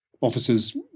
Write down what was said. officer's